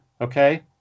Okay